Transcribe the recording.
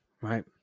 right